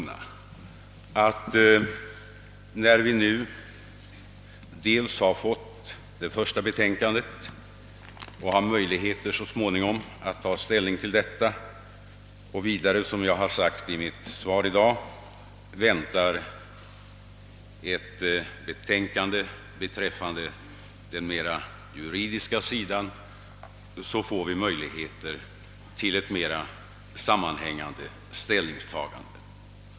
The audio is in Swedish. När vi nu dels har fått ett första betänkande och så småningom kan ta ställning till detta, dels — som jag har sagt i mitt svar i dag — väntar ett betänkande beträffande bl.a. den juridiska sidan av frågan, kommer vi att beredas möjligheter till ett mera sammanhängande ställningstagande.